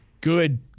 good